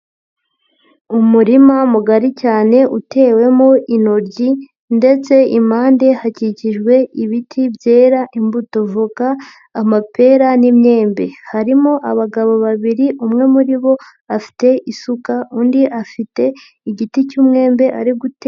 Umurima mugari cyane utewemo intoryi ndetse impande hakikijwe ibiti byera imbuto voka, amapera n'imyembe, harimo abagabo babiri umwe muri bo afite isuka, undi afite igiti cy'umwembe ari gutera.